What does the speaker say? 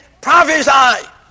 prophesy